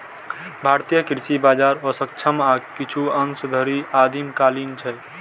भारतीय कृषि बाजार अक्षम आ किछु अंश धरि आदिम कालीन छै